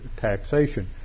taxation